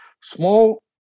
small